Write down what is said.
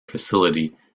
facility